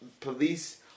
police